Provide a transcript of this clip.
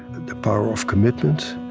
the power of commitment,